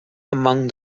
among